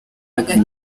hagati